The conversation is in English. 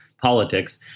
politics